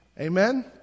Amen